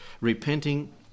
repenting